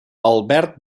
albert